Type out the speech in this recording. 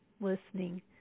listening